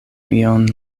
ion